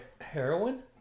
Heroin